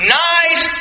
nice